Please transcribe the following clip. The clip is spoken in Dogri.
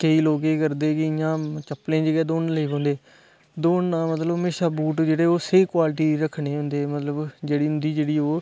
केईं लोग केह् करदे कि इ'यां चप्पलें च गै दौड़न लेई पौंदे दौड़ना मतलब म्हेशा बूट जेह्ड़े ओह् स्हेई क्वालटी दे रक्खने होंदे मतलब जेह्ड़ी उं'दी जेह्ड़ी ओह्